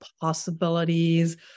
possibilities